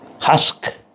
husk